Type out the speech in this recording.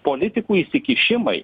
politikų įsikišimai